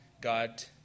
God